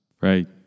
Right